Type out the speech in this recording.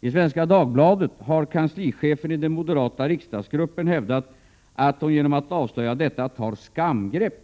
I Svenska Dagbladet har kanslichefen i den moderata riksdagsgruppen hävdat att Anne Wibble genom att avslöja detta tar ”skamgrepp”.